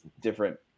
different